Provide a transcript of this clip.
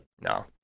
No